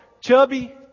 chubby